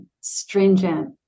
stringent